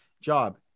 job